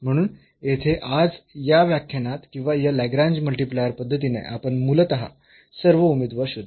म्हणून येथे आज या व्याख्यानात किंवा या लाग्रेंज मल्टिप्लायर पद्धतीने आपण मूलतः सर्व उमेदवार शोधू